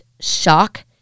shock